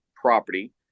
property